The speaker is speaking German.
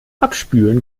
abspülen